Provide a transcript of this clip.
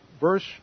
verse